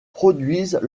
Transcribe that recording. produisent